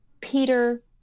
Peter